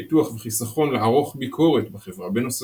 ביטוח וחיסכון לערוך ביקורת בחברה בנושא